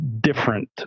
different